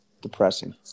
depressing